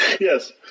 Yes